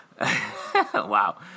Wow